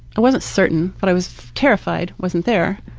i wasn't certain but i was terrified wasn't there,